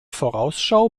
vorausschau